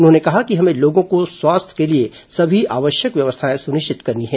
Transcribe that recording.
उन्होंने कहा कि हमें लोगों को स्वास्थ्य के लिए सभी आवश्यक व्यवस्थाएं सुनिश्चित करनी है